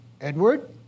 Edward